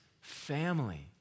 family